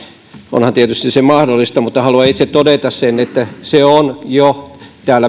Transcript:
se tietysti mahdollista mutta haluan itse todeta että se on jo